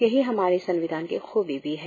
यहीं हमारे संविधान की खूबी भी है